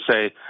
say